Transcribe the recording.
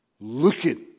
looking